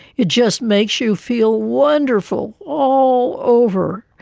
it just makes you feel wonderful all over.